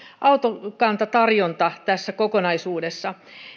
autokantatarjonta tässä kokonaisuudessa